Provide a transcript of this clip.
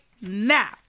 now